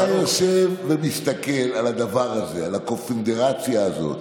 אתה יושב ומסתכל על הדבר הזה, על הקונפדרציה הזאת: